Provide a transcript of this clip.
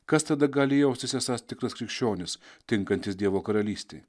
kas tada gali jaustis esąs tikras krikščionis tinkantis dievo karalystei